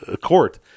court